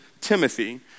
Timothy